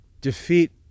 defeat